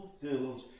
fulfilled